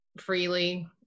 freely